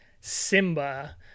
Simba